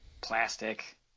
plastic